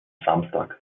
samstag